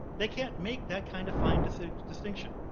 they can't make that kind of fine distinction.